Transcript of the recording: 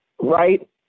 Right